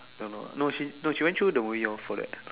don't know lah no she no she went through the movie orh for that